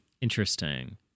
Interesting